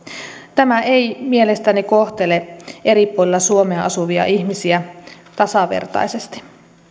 tämä ei mielestäni kohtele eri puolilla suomea asuvia ihmisiä tasavertaisesti